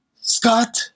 scott